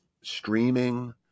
streaming